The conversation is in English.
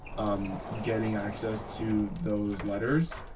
um getting access to those letters.